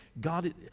God